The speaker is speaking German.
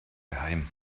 geheim